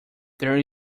there